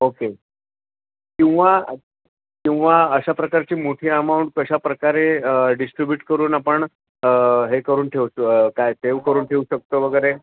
okay किंवा किंवा अशा प्रकारची मोठी अमाऊंट कशा प्र्रकारे डिस्ट्रीब्यूट करून आपण हे करून ठेवतो काय सेव्ह करून ठेऊ शकतो वगैरे